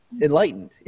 enlightened